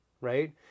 right